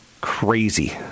Crazy